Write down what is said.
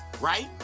right